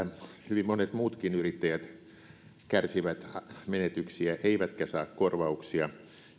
hyvin monet muutkin yrittäjät kärsivät menetyksiä eivätkä saa korvauksia